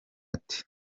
ate